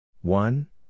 One